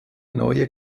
neue